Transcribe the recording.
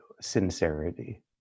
sincerity